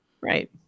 Right